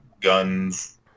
guns